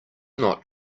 not